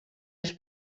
els